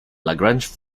lagrange